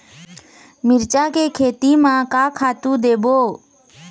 मिरचा के खेती म का खातू देबो?